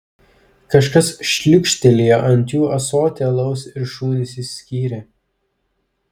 kažkas šliūkštelėjo ant jų ąsotį alaus ir šunys išsiskyrė